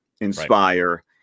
inspire